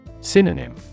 Synonym